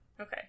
Okay